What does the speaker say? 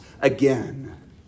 again